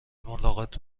ملاقات